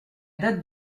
date